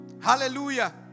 Hallelujah